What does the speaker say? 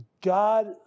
God